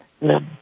No